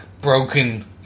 broken